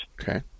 Okay